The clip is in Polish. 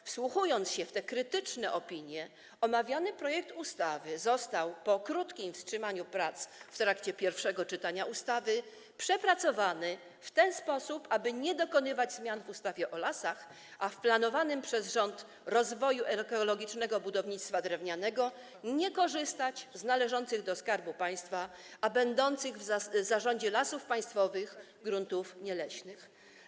Po wsłuchaniu się w te krytyczne opinie omawiany projekt ustawy został - po krótkim wstrzymaniu prac w trakcie pierwszego czytania ustawy - przepracowany w ten sposób, aby nie dokonywać zmian w ustawie o lasach, a w planowanym przez rząd rozwoju ekologicznego budownictwa drewnianego nie korzystać z należących do Skarbu Państwa, a będących w zarządzie Lasów Państwowych gruntów nieleśnych.